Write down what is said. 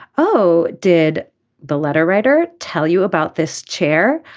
oh did the letter writer tell you about this chair.